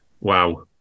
Wow